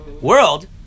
world